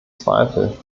zweifel